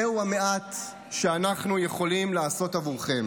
זהו המעט שאנחנו יכולים לעשות עבורכם.